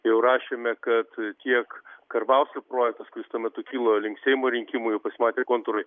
jau rašėme kad tiek karbauskio projektas kuris tuo metu kilo link seimo rinkimų jau pasimatė kontūrai